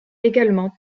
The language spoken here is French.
également